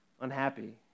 unhappy